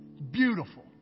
beautiful